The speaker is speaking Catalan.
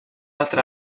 altra